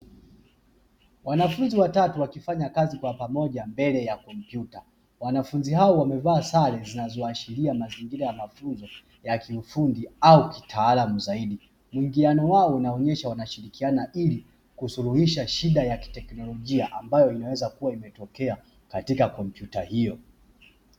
Wanafunzi watatu wakifanya kazi kwa pamoja mbele ya kompyuta, wanafunzi hao wamevaa sare zinazoashiria mazingira ya mafunzo ya kiufundi au kitaalamu zaidi, mwingiliano wao unaonyesha wanashirikiana ili kusuluhisha shida ya teknolojia ambayo inaweza kuwa imetokea katika kompyuta hiyo.